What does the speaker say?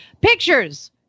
Pictures